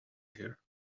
here